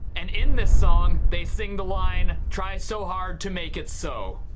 and in this song they sing the line try so hard to make it so.